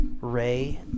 Ray